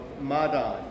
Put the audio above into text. Madan